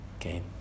Okay